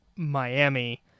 Miami